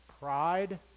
pride